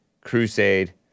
Crusade